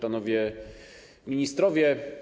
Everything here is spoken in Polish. Panowie Ministrowie!